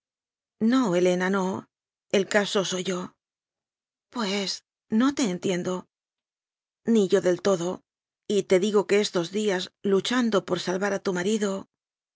no helena no el caso soy yol pues no te entiendo ni yo del todo y te digo que estos días luchando por salvar a tu marido